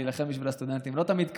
להילחם בשביל הסטודנטים זה לא תמיד קל.